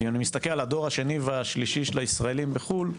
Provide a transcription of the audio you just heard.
ואם אני מסתכל על הדור השני והשלישי של הישראלים בחו"ל,